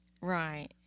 Right